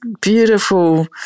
beautiful